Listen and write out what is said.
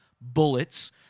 Bullets